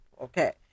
okay